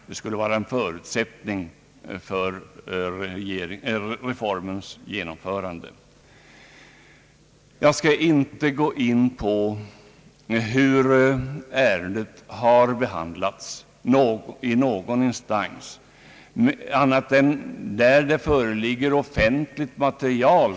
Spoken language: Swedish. Detta skulle vara en förutsättning för reformens genomförande. Jag skall inte gå in på hur ärendet har behandlats i någon instans annat än där det föreligger offentligt material.